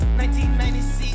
1996